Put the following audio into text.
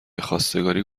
خواستگاری